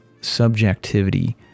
subjectivity